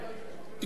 חברת הכנסת גלאון,